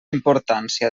importància